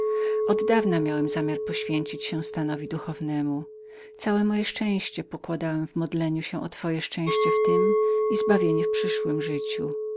od dawna miałem zamiar poświęcenia się stanowi duchownemu całe moje szczęście pokładałem w modleniu się za twoje szczęście w tem i zbawienie w przyszłem życiu